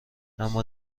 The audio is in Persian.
اما